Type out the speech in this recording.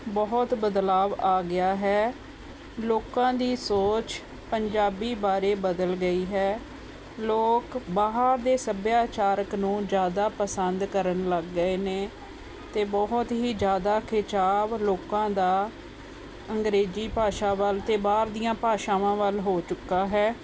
ਬਹੁਤ ਬਦਲਾਅ ਆ ਗਿਆ ਹੈ ਲੋਕਾਂ ਦੀ ਸੋਚ ਪੰਜਾਬੀ ਬਾਰੇ ਬਦਲ ਗਈ ਹੈ ਲੋਕ ਬਾਹਰ ਦੇ ਸੱਭਿਆਚਾਰਕ ਨੂੰ ਜ਼ਿਆਦਾ ਪਸੰਦ ਕਰਨ ਲੱਗ ਗਏ ਨੇ ਅਤੇ ਬਹੁਤ ਹੀ ਜ਼ਿਆਦਾ ਖਿਚਾਬ ਲੋਕਾਂ ਦਾ ਅੰਗਰੇਜ਼ੀ ਭਾਸ਼ਾ ਵੱਲ ਅਤੇ ਬਾਹਰ ਦੀਆਂ ਭਾਸ਼ਾਵਾਂ ਵੱਲ ਹੋ ਚੁੱਕਾ ਹੈ